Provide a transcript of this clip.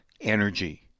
energy